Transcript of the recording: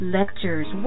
lectures